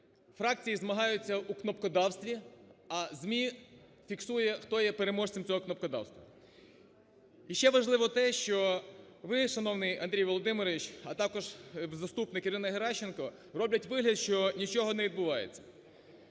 фракції змагаються у кнопкодавстві а ЗМІ фіксує, хто є переможцем цього кнопкодавства. Ще важливо те, що ви, шановний Андрій Володимирович, а також заступник Ірина Геращенко роблять вигляд, що нічого не відбувається.